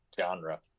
genre